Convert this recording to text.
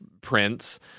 Prince